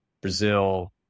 Brazil